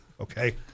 okay